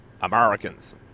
Americans